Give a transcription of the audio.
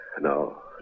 No